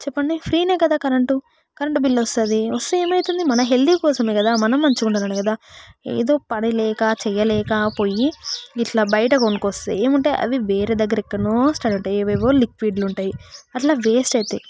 చెప్పండి ఫ్రీనే కదా కరెంటు కరెంటు బిల్లు వస్తుంది వస్తే ఏమైతుంది మన హెల్తీ కోసమే కదా మనం మంచిగా ఉండాలనే కదా ఏదో పడేయ లేక చేయలేక పోయి ఇట్లా బయట కొనక్కొస్తే ఏముంటాయి అవి వేరే దగ్గర ఎక్కడనో స్టాక్ ఉంటాయి ఏవేవో లిక్విడ్ ఉంటాయి అట్లా వేస్ట్ అవుతాయి